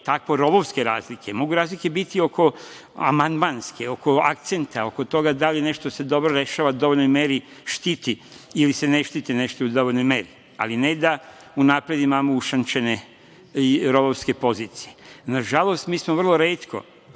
tako rovovske razlike. Mogu razlike biti amandmanske, oko akcenta, oko toga da li se nešto dobro rešava, u dovoljnoj meri štiti ili se ne štiti nešto u dovoljnoj meri, ali ne da unapred imamo ušančene, rovovske pozicije. Nažalost, mi smo vrlo retko